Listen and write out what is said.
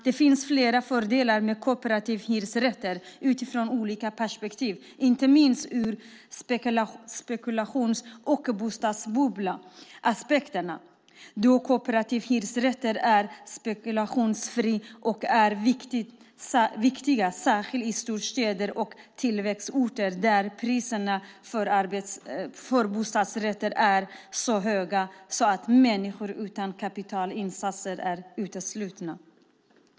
Det finns flera fördelar med kooperativa hyresrätter utifrån olika perspektiv, inte minst ur spekulations och bostadsbubbleaspekterna, då kooperativa hyresrätter är spekulationsfria och är viktiga särskilt i storstäder och tillväxtorter där priserna på bostadsrätter är så höga att människor utan kapitalinsatser är uteslutna.